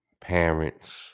parents